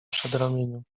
przedramieniu